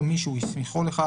או מי שהוא הסמיכו לכך,